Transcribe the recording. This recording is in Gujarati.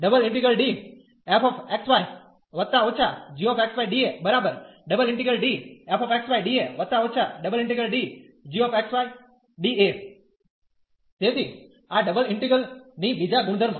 તેથી આ ડબલ ઇન્ટિગ્રલ ની બીજા ગુણધર્મ